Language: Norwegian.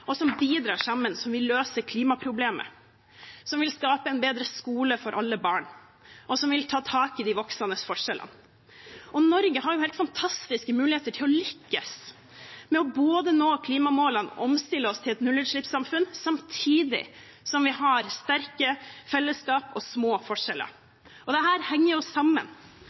sammen og bidrar sammen, som vil løse klimaproblemet, som vil skape en bedre skole for alle barn, og som vil ta tak i de voksende forskjellene. Norge har helt fantastiske muligheter til å lykkes, med å både nå klimamålene og omstille oss til et nullutslippssamfunn samtidig som vi har sterke fellesskap og små forskjeller. Og dette henger sammen!